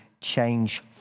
change